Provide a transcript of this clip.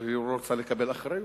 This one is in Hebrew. אבל היא לא רוצה לקבל אחריות.